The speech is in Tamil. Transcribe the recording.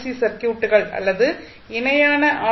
சி சர்க்யூட்டுகள் அல்லது இணையான ஆர்